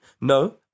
no